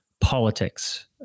politics